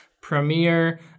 Premiere